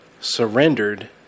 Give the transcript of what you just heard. surrendered